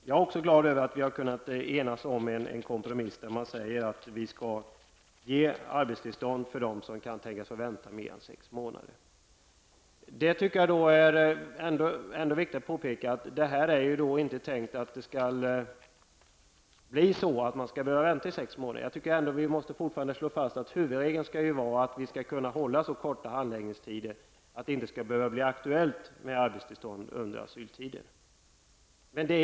Jag är också glad över att vi har kunnat enas om en kompromiss där vi säger att man skall ge arbetstillstånd till dem som kan tänkas få vänta längre tid än sex månader. Det är ändå viktigt att påpeka att det inte är tänkt att man skall behöva vänta i sex månader. Vi måste fortfarande slå fast att huvudregeln är att man skall ha så korta handläggningstider att det inte skall bli aktuellt med arbetstillstånd under asyltiden.